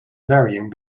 varying